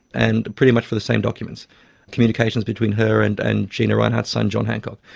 and pretty much for the same documents communications between her and and gina rinehart's son john hancock.